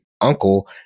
uncle